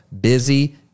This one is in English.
busy